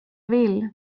vill